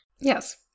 Yes